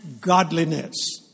godliness